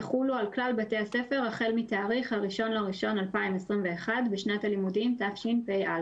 יחולו על כלל בתי ספר החל מתאריך 1.1.2021 בשנת הלימודים תשפ"א."